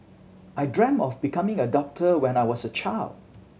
I dreamt of becoming a doctor when I was a child